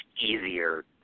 easier